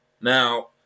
now